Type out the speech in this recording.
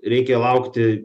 reikia laukti